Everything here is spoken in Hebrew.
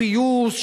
פיוס,